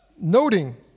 noting